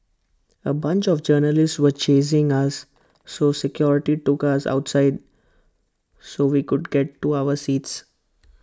A bunch of journalists were chasing us so security took us outside so we could get to our seats